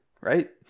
right